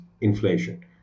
inflation